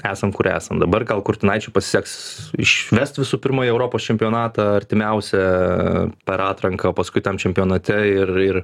esam kur esam dabar gal kurtinaičiui pasiseks išvest visų pirma į europos čempionatą artimiausią per atranką o paskui ten čempionate ir ir